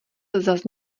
zas